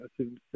assume